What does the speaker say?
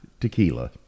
tequila